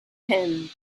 him